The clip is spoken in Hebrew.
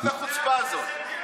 מה זה החוצפה הזאת?